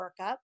workup